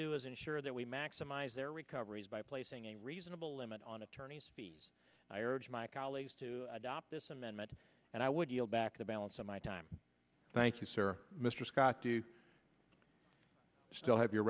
do is ensure that we maximize their recoveries by placing a reasonable limit on attorney's fees i urge my colleagues to adopt this amendment and i would yield back the balance of my time thank you sir mr scott do you still have your